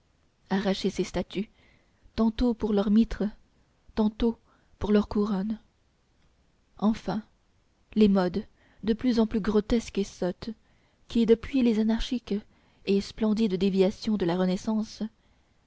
arraché ses statues tantôt pour leur mitre tantôt pour leur couronne enfin les modes de plus en plus grotesques et sottes qui depuis les anarchiques et splendides déviations de la renaissance